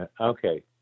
Okay